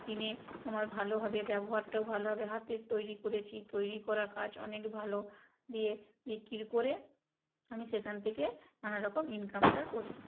কিনে তোমার ভালো হবে ব্যবহারটাও ভালো হবে হাতের তৈরি করেছি তৈরি করা কাজ অনেক ভালো দিয়ে বিক্রি করে আমি সেখান থেকে নানারকম ইনকামটা করি